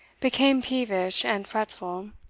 became peevish and fretful,